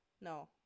No